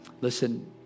Listen